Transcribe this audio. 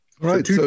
Right